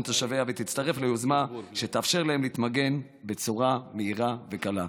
תושביה ותצטרף ליוזמה שתאפשר להם להתמגן בצורה מהירה וקלה.